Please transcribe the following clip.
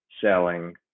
selling